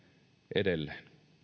edelleen